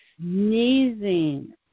sneezing